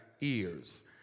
ears